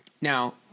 Now